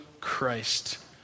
Christ